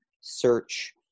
search